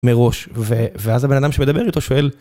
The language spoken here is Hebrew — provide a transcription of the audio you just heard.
מראש, ואז הבן אדם שמדבר איתו שואל...